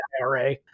IRA